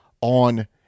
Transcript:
on